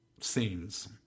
scenes